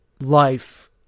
life